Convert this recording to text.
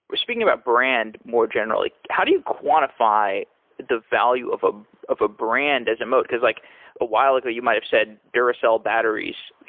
speaking about brand more generally, how do you quantify the value of ah of a brand as a mote? because like a while ago you might have said duracell batteries,